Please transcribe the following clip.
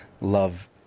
Love